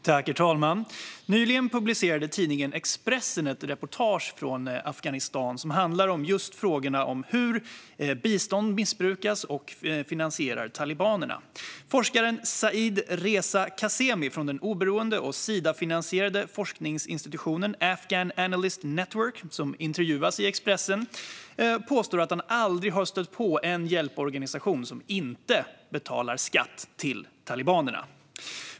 Herr talman! Nyligen publicerade tidningen Expressen ett reportage från Afghanistan som handlade just om hur bistånd missbrukas och finansierar talibanerna. Forskaren Said Reza Kazemi från den oberoende Sidafinansierade forskningsinstitutionen Afghanistan Analyst Network, som intervjuas i Expressen, påstår att han aldrig har stött på en hjälporganisation som inte betalar skatt till talibanerna.